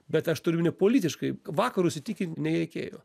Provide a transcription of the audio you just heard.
bet aš turiu omeny politiškai vakarus įtikint nereikėjo